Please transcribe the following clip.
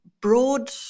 Broad